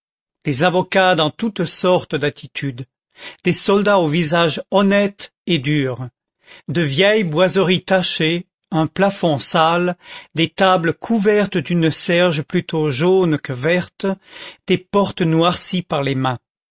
des avocats dans toutes sortes d'attitudes des soldats au visage honnête et dur de vieilles boiseries tachées un plafond sale des tables couvertes d'une serge plutôt jaune que verte des portes noircies par les mains